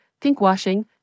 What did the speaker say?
pinkwashing